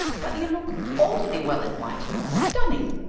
but you look awfully well in white stunning.